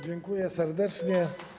Dziękuję serdecznie.